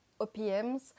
OPMs